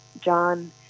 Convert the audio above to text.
John